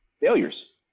failures